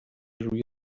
روی